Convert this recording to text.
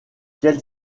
quelle